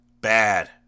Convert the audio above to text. Bad